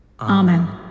Amen